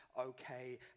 okay